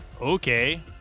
Okay